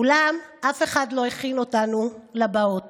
אולם אף אחד לא הכין אותנו לבאות.